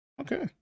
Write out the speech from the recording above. Okay